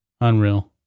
Unreal